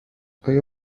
آیا